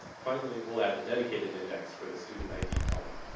finally we'll add the dedicated and index for the student id column.